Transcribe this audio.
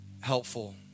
Helpful